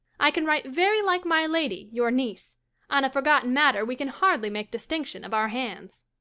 i can write very like my lady, your niece on a forgotten matter we can hardly make distinction of our hands.